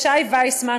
ישי ויסמן,